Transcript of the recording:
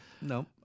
No